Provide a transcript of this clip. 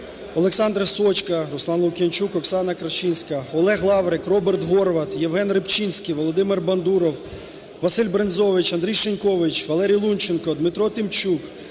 Олександр Сочка, Руслан Лук'янчук, Оксана Корчинська, Олег Лаврик, Роберт Горват, Євген Рибчинський, Володимир Бандуров, Василь Брензович, Андрій Шинькович, Валерій Лунченко, Дмитро Тимчук,